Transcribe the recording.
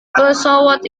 pesawat